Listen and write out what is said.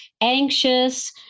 anxious